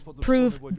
prove